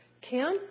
Kim